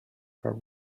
her